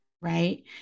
Right